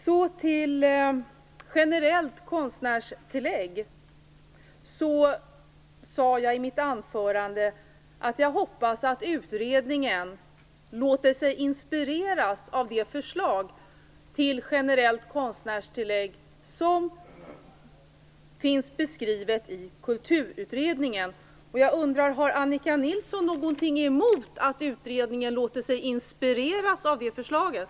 I mitt anförande sade jag att jag hoppades att utredningen låter sig inspireras av det förslag till generellt konstnärstillägg som finns beskrivet i Kulturutredningen. Har Annika Nilsson någonting emot att utredningen låter sig inspireras av det förslaget?